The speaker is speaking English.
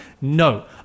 No